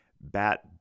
bat